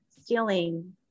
stealing